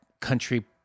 country